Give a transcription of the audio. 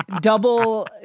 double